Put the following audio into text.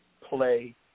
play